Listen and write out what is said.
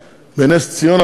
בנס-ציונה,